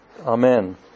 Amen